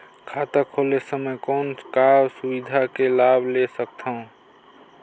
खाता खोले समय कौन का सुविधा के लाभ ले सकथव?